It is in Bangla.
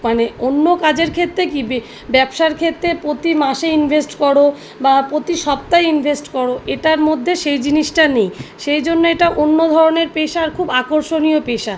মানে অন্য কাজের ক্ষেত্রে কী বে ব্যবসার ক্ষেত্রে প্রতি মাসে ইনভেস্ট করো বা প্রতি সপ্তাহে ইনভেস্ট করো এটার মধ্যে সেই জিনিসটা নেই সেই জন্য এটা অন্য ধরনের পেশা আর খুব আকর্ষণীয় পেশা